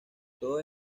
todos